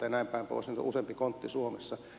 niitä on useampi kontti suomessa